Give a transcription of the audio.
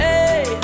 Hey